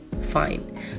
fine